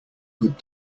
good